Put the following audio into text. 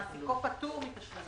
מעסיקו פטור מתשלום